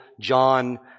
John